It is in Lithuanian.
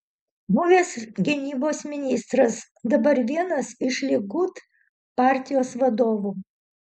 buvęs gynybos ministras dabar vienas iš likud partijos vadovų